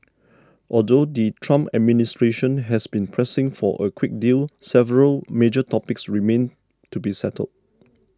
although the Trump administration has been pressing for a quick deal several major topics remain to be settled